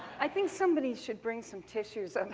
i think somebody should bring some tissues and